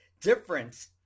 difference